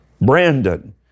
Brandon